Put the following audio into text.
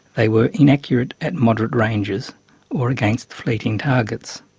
they were inaccurate at moderate ranges or against fleeting targets.